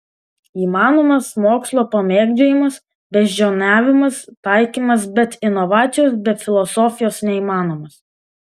įmanomas mokslo pamėgdžiojimas beždžioniavimas taikymas bet inovacijos be filosofijos neįmanomos